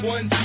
One